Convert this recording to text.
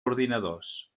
ordinadors